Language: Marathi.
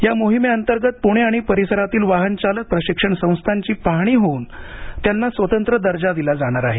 या मोहिमेअंतर्गत पूणे आणि परिसरातील वाहन चालक प्रशिक्षण संस्थांची पाहणी होऊन त्यांना स्वतंत्र दर्जा दिला जाणार आहे